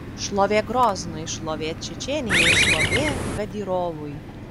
šlovė groznui šlovė čečėnijai šlovė kadyrovui